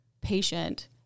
patient